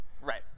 Right